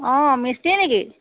অঁ মিস্ত্ৰী নেকি